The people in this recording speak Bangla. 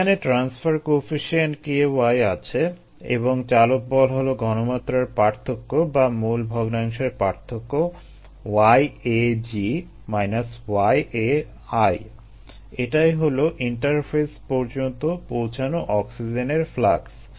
এখানে ট্রান্সফার কোয়েফিসিয়েন্ট ky আছে এবং চালক বল হলো ঘনমাত্রার পার্থক্য বা মোল ভগ্নাংশের পার্থক্য এটাই হলো ইন্টারফেস পর্যন্ত পৌঁছানো অক্সিজেনের ফ্লাক্স